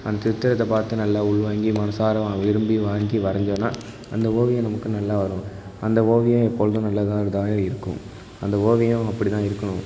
அந்த சித்திரத்தை பார்த்து நல்லா உள்வாங்கி மனதார விரும்பி வாங்கி வரஞ்சோன்னா அந்த ஓவியம் நமக்கு நல்லா வரும் அந்த ஓவியம் எப்பொழுதும் நல்லதாக தான் இருக்கும் அந்த ஓவியம் அப்படி தான் இருக்கணும்